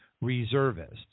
reservists